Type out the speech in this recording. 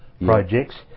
projects